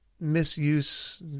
Misuse